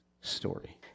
story